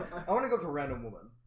i want to go to random woman